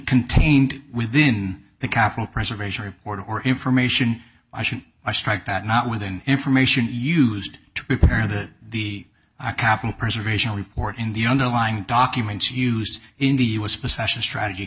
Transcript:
contained within the capital preservation report or information i should i struck that not with an information used to prepare the the capital preservation report in the underlying documents used in the us possession strategy